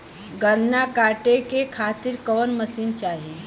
गन्ना कांटेके खातीर कवन मशीन चाही?